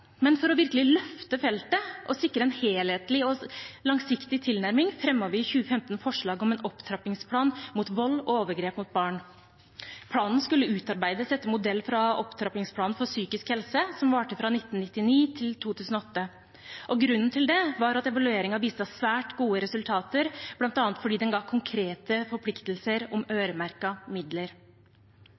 men for virkelig å løfte feltet og sikre en helhetlig og langsiktig tilnærming fremmet vi i 2015 forslag om en opptrappingsplan mot vold og overgrep mot barn. Planen skulle utarbeides etter modell fra Opptrappingsplanen for psykisk helse, som varte fra 1999 til 2008. Grunnen til det var at evalueringen viste svært gode resultater, bl.a. fordi den ga konkrete forpliktelser om øremerkede midler.